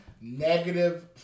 negative